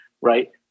right